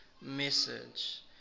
message